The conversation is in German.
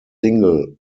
single